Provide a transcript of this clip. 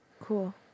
Cool